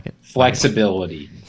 flexibility